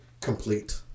complete